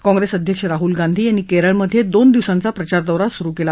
कॉंप्रेस अध्यक्ष राहुल गांधी यांनी केरळमधे दोन दिवसांचा प्रचारदौरा सुरु केला